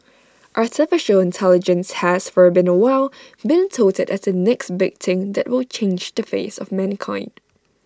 Artificial Intelligence has for being A while been touted as the next big thing that will change the face of mankind